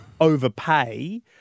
overpay